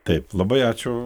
taip labai ačiū